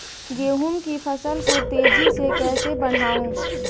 गेहूँ की फसल को तेजी से कैसे बढ़ाऊँ?